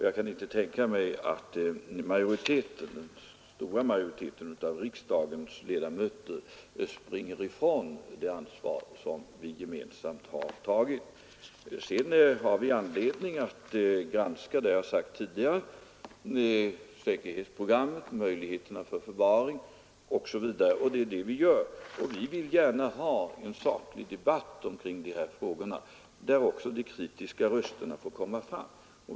Jag kan inte tänka mig att den stora majoriteten av riksdagens ledamöter springer ifrån det ansvar som vi gemensamt har tagit. Sedan har vi anledning att granska — det har jag sagt tidigare — säkerhetsprogrammet, möjligheterna till förvaring osv., och det är det vi gör. Vi vill gärna ha en saklig debatt kring dessa frågor där också de kritiska rösterna får komma fram.